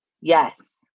Yes